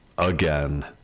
again